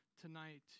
tonight